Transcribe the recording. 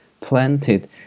planted